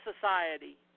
Society